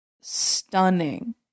stunning